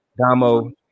Damo